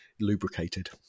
lubricated